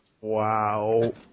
Wow